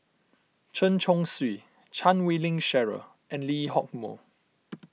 Chen Chong Swee Chan Wei Ling Cheryl and Lee Hock Moh